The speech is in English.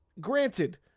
Granted